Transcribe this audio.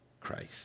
Christ